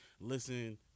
listen